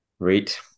Great